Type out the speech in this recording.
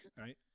right